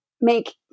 make